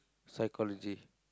psychology